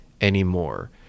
anymore